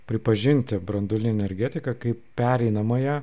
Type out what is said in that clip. pripažinti branduolinę energetiką kaip pereinamąją